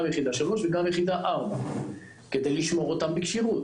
גם יחידה 3 וגם יחידה 4 כדי לשמור אותן בכשירות.